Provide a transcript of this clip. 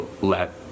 let